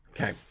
Okay